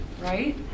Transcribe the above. right